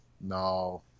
no